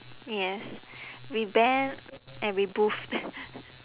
yes reband and reboot